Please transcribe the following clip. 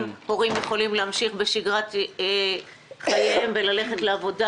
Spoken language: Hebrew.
הורים יכולים להמשיך בשגרת חייהם וללכת לעבודה.